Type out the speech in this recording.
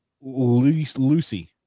Lucy